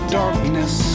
darkness